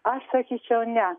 aš sakyčiau ne